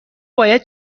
باید